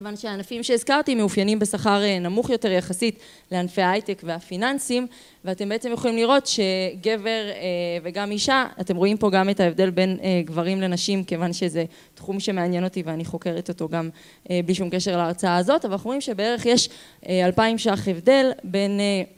כיוון שהענפים שהזכרתי מאופיינים בשכר נמוך יותר יחסית לענפי ההייטק והפיננסים ואתם בעצם יכולים לראות שגבר וגם אישה אתם רואים פה גם את ההבדל בין גברים לנשים כיוון שזה תחום שמעניין אותי ואני חוקרת אותו גם בלי שום קשר להרצאה הזאת אבל אנחנו רואים שבערך יש 2,000 ש"ח הבדל בין